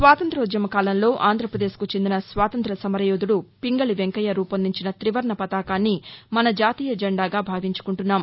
స్వాతంత్ర్యోద్యమ కాలంలో ఆంధ్రప్రదేశ్కు చెందిన స్వాతంత్ర సమర యోధుడు పింగళి వెంకయ్య రూపొందించిన తివర్ణ పతాకాన్ని మస జాతీయ జెండాగా భావించుకుంటున్నాం